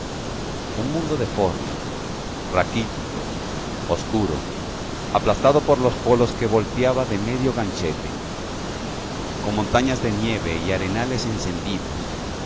un mundo deforme raquítico oscuro aplastado por los polos que volteaba de medio ganchete con montañas de nieve y arenales encendidos